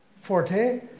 forte